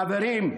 חברים,